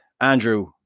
Andrew